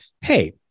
hey